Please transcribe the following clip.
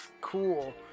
cool